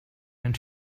and